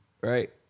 right